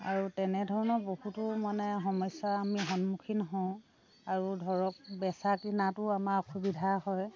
আৰু তেনেধৰণৰ বহুতো মানে সমস্যা আমি সন্মুখীন হওঁ আৰু ধৰক বেচা কিনাতো আমাৰ অসুবিধা হয়